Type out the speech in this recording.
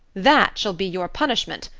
that shall be your punishment.